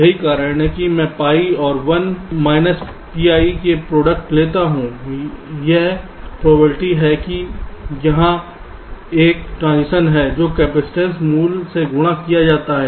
यही कारण है कि मैं पाई और 1 माइनस पाई के प्रोडक्ट लेता हूं यह प्रोबेबिलिटी है कि वहाँ एक ट्रांजिशन है जो कपसिटंस मूल्य से गुणा किया जाता है